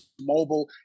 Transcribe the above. mobile